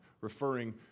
referring